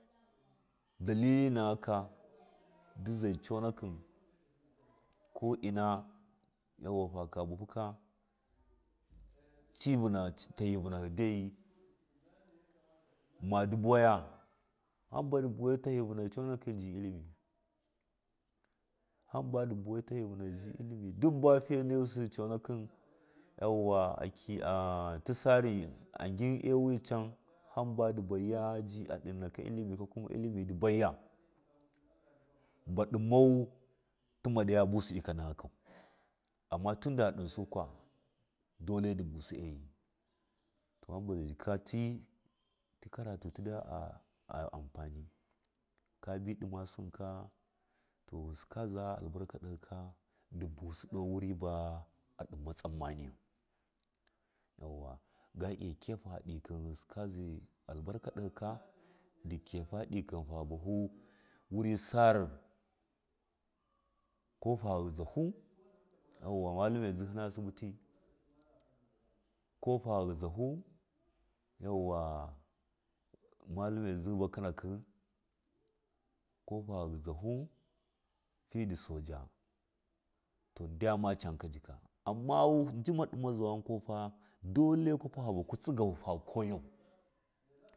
dalili naka ndɨ zai coonakɨ ko ina faka yauwa faka bahuka ci bunahi, tahɨ vunahɨ jagi maa ndi buwaiya hamba vuvai tahi vunahɨ coonakɨ ji illimi hamba ndɨ vuwai tahi vunahi ji illimi duk baa figa nugusɨ connakɨ yauwa akɨn ti sari agyin a wican hamba ndɨ vaiya madi vaiya ji illimi ba ɗimau tima dayu bus ikanaka amma tanda a ɗinsai kwa dole ndɨ busi agɨ to hammba zai gilha ti ti karatu tidaa anfanin kabi ɗima sɨnke to ghɨnsi kaza albarka ɗihiks ndɨ busi ɗowu ba aɗima tsam ma niyu gabi iya kiga fa ikum ghɨnsi kazai albarka ɗahika ndɨ kiya fa ɗikɨn fa bafu wari sarko fa ghɨjahu mallami zihi ba kɨnaki kofa ghɨjahu fɨ ndi soja to ndagama canka jika amma jima ɗimazau wonkwa fa dole kwafa fa bahu tsigahu fa koyau.